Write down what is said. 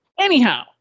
Anyhow